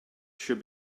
should